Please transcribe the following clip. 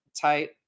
tight